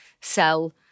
sell